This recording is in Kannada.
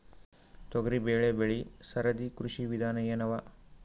ತೊಗರಿಬೇಳೆ ಬೆಳಿ ಸರದಿ ಕೃಷಿ ವಿಧಾನ ಎನವ?